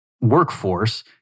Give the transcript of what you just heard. workforce